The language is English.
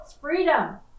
freedom